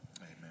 Amen